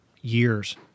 years